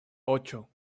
ocho